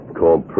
called